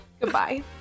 Goodbye